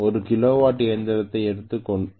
ஒரு கிலோவாட் இயந்திரத்தை எடுத்துக்கொள்வோம்